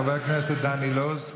חבר הכנסת דן אילוז,